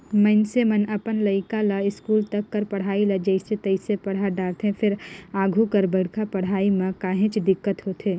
मइनसे मन अपन लइका ल इस्कूल तक कर पढ़ई ल जइसे तइसे पड़हा डारथे फेर आघु कर बड़का पड़हई म काहेच दिक्कत होथे